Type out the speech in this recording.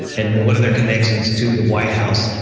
and what are their connections to the white house?